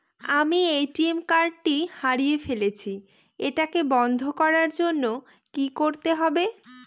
আমি ATM card টি হারিয়ে ফেলেছি এটাকে বন্ধ করার জন্য কি করতে হবে?